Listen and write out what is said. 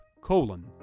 colon